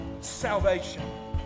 Salvation